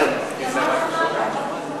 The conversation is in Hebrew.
הקצרנים